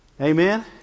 Amen